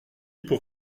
pour